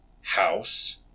house